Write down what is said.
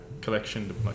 collection